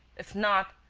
if not,